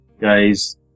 Guys